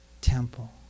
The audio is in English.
temple